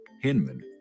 Hinman